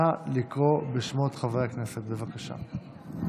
נא לקרוא בשמות חברי הכנסת בבקשה.